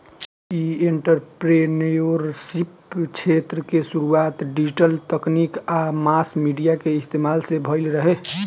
इ एंटरप्रेन्योरशिप क्षेत्र के शुरुआत डिजिटल तकनीक आ मास मीडिया के इस्तमाल से भईल रहे